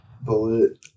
Bullet